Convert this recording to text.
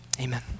Amen